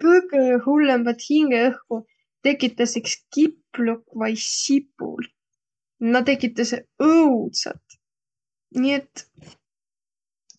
Kõgõ hullõmbat hingeõhku tekitäs iks kipluk vai sipul. Na tekitäseq õudsat. Nii et